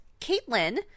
Caitlin